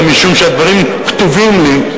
אלא משום שהדברים כתובים לי,